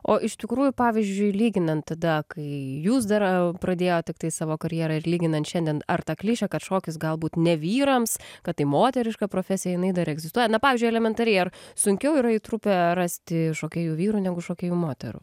o iš tikrųjų pavyzdžiui lyginant tada kai jūs dar a pradėjot tiktai savo karjerą ir lyginant šiandien ar ta klišė kad šokis galbūt ne vyrams kad tai moteriška profesija jinai dar egzistuoja na pavyzdžiui elementariai ar sunkiau yra į trupę rasti šokėjų vyrų negu šokėjų moterų